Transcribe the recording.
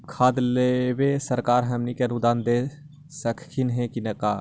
खाद लेबे सरकार हमनी के अनुदान दे सकखिन हे का?